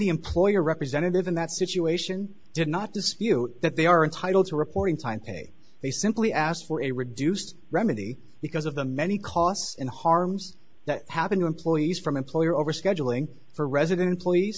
the employer representative in that situation did not dispute that they are entitled to reporting time pay they simply asked for a reduced remedy because of the many costs in harm's that happen to employees from employer over scheduling for resident police